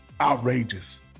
outrageous